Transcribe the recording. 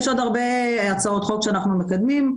יש עוד הרבה הצעות חוק שאנחנו מקדמים.